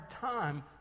time